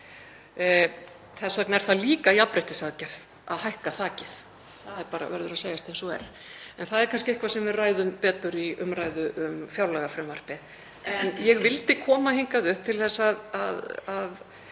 Þess vegna er það líka jafnréttisaðgerð að hækka þakið, það verður að segjast eins og er. En það er kannski eitthvað sem við ræðum betur í umræðu um fjárlagafrumvarpið. Ég vildi koma hingað upp til að